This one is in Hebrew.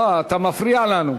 מפריע לנו.